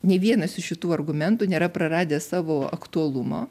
nei vienas iš šitų argumentų nėra praradęs savo aktualumo